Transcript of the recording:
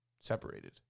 separated